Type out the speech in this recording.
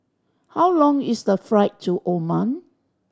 how long is the flight to Oman